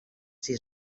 sis